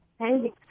Hey